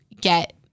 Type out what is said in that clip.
get